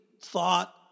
thought